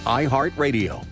iHeartRadio